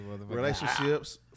relationships